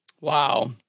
Wow